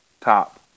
top